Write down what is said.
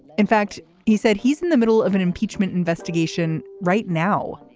in fact he said he's in the middle of an impeachment investigation right now.